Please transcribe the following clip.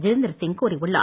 ஜிதேந்திர சிங் கூறியுள்ளார்